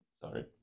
Sorry